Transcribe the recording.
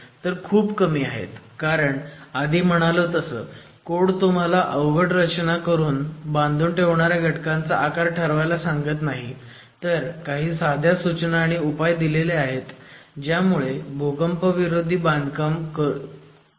तर खूप कमी आहेत कारण आधी म्हणालो तसं कोड तुम्हाला अवघड रचना करून बांधून ठेवणाऱ्या घटकांचा आकार ठरवायला सांगत नाही तर काही साध्या सूचना आणि उपाय दिलेले आहेत ज्यामुळे भूकंपाविरोधी बांधकाम जाऊ शकेल